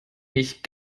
nicht